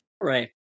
Right